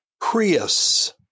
creus